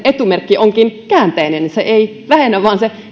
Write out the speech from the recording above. etumerkki onkin käänteinen se ei vähennä vaan se